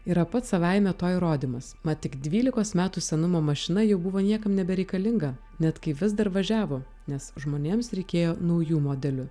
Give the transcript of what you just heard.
yra pats savaime to įrodymas mat tik dvylikos metų senumo mašina jau buvo niekam nebereikalinga net kai vis dar važiavo nes žmonėms reikėjo naujų modelių